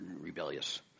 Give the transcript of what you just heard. rebellious